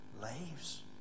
lives